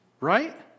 right